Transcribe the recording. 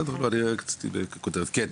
אוקיי.